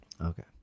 okay